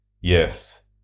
Yes